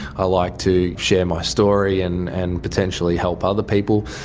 i like to share my story and and potentially help other people.